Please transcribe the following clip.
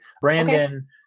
Brandon